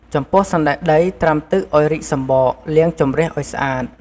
ចំពោះសណ្ដែកដីត្រាំទឹកឱ្យរីកសម្បក លាងជម្រះឱ្យស្អាត។